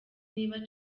niba